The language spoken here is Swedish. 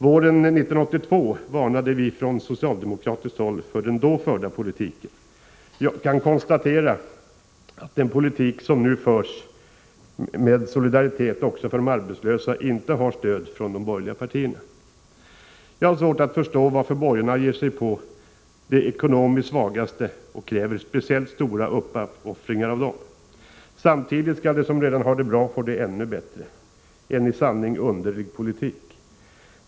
Våren 1982 varnade vi från socialdemokratiskt håll för den då förda politiken. Jag kan konstatera att den politik som nu förs, med solidaritet också för de arbetslösa, inte har stöd från de borgerliga partierna. Jag har svårt att förstå varför borgarna ger sig på de ekonomiskt svagaste och kräver speciellt stora uppoffringar av dem. Samtidigt skall de som redan har det bra få det ännu bättre — en i sanning underlig politik.